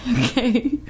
Okay